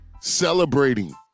celebrating